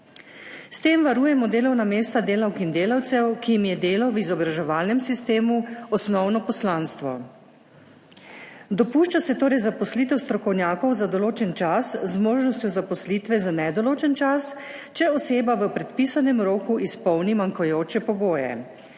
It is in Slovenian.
S tem varujemo delovna mesta delavk in delavcev, ki jim je delo v izobraževalnem sistemu osnovno poslanstvo. Dopušča se torej zaposlitev strokovnjakov za določen čas z možnostjo zaposlitve za nedoločen čas, če oseba v predpisanem roku izpolni manjkajoče pogoje.